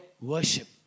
Worship